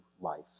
life